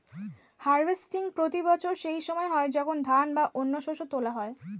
harvesting প্রতি বছর সেই সময় হয় যখন ধান বা অন্য শস্য তোলা হয়